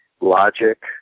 logic